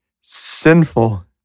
sinful